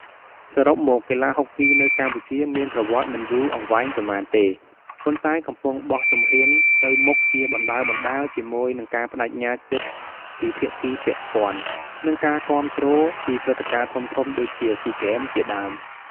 សរុបមក កីឡាហុកគីនៅកម្ពុជាមានប្រវត្តិមិនយូរអង្វែងប៉ុន្មានទេ ប៉ុន្តែកំពុងបោះជំហានទៅមុខជាបណ្ដើរៗ ជាមួយនឹងការប្ដេជ្ញាចិត្តពីភាគីពាក់ព័ន្ធ និងការគាំទ្រពីព្រឹត្តិការណ៍ធំៗដូចជាស៊ីហ្គេមជាដើម។